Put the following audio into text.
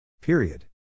Period